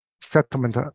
settlement